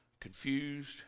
confused